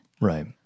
Right